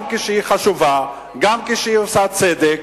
גם כשהיא חשובה, גם כשהיא עושה צדק,